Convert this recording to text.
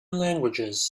languages